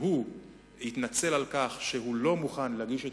והוא התנצל על כך שהוא לא מוכן להגיש את